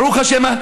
ברוך השם,